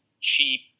cheap